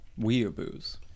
weeaboos